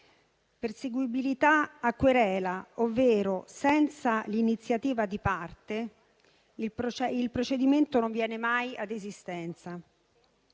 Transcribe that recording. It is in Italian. Perseguibilità a querela significa che senza l'iniziativa di parte il procedimento non viene mai ad esistenza,